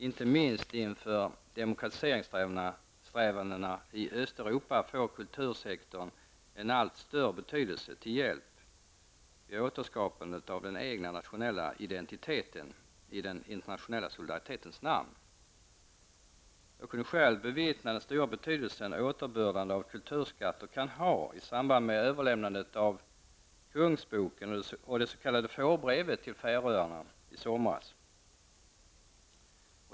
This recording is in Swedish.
Inte minst inför demokratiseringssträvandena i Östeuropa får kultursektorn en allt större betydelse som hjälp vid återskapandet av den egna nationella identiteten i den internationella solidaritetens namn. Jag kunde själv bevittna den stora betydelse återbördandet av kulturskatter kan ha i samband med överlämnandet av Kungsboken och det s.k. fårbrevet till Färöarna i somras.